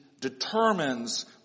determines